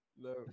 No